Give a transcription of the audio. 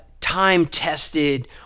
time-tested